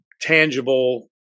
tangible